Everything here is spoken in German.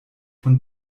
von